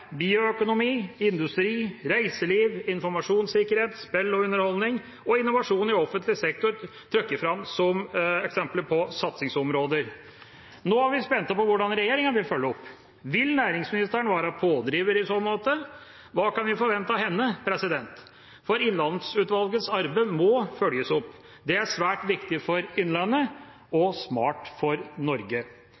bioøkonomi, industri, reiseliv, informasjonssikkerhet, spill og underholdning og innovasjon i offentlig sektor trukket fram som eksempler på satsingsområder. Nå er vi spent på hvordan regjeringa vil følge opp. Vil næringsministeren være pådriver i så måte? Hva kan vi forvente av henne? For Innlandsutvalgets arbeid må følges opp. Det er svært viktig for Innlandet og smart for Norge.